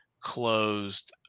Closed